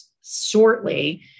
shortly